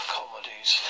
comedies